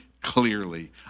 clearly